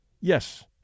Yes